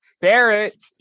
ferret